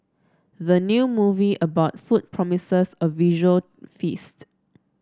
the new movie about food promises a visual feast